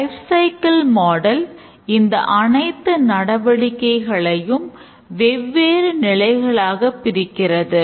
life cycle model இந்த அனைத்து நடவடிக்கைகளையும் வெவ்வேறு நிலைகளாக பிரிக்கிறது